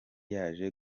yaje